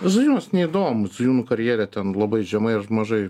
zujūnuos neįdomu zujūnų karjere ten labai žemai ir mažai